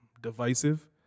divisive